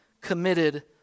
committed